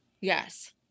Yes